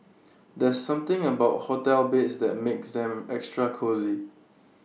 there's something about hotel beds that makes them extra cosy